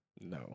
No